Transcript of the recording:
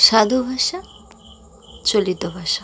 সাধু ভাষা চলিত ভাষা